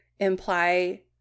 Imply